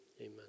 amen